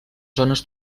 zones